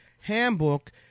Handbook